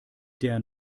der